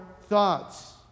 thoughts